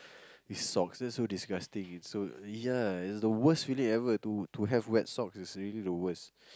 with socks that's so disgusting it's so ya it's the worst feeling ever to to have wet socks it's really the worst